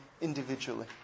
individually